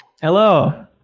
Hello